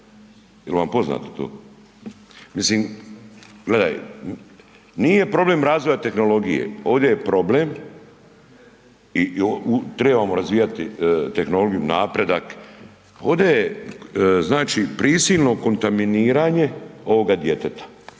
jel' vam poznato to? Mislim, gledaj, nije problem razvoja tehnologije, ovdje je problem, i trebamo razvijati tehnologiju, napredak, ovdje je, znači, prisilno kontaminiranje ovoga djeteta